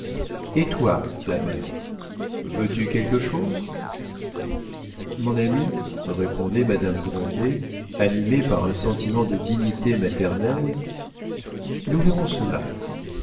et toi la mère veux-tu quelque chose mon ami répondait madame grandet animée par un sentiment de dignité maternelle nous verrons cela